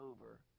over